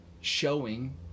showing